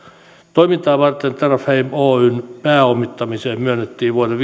toimintaa varten terrafame oyn pääomittamiseen myönnettiin vuoden